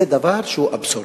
זה דבר שהוא אבסורדי.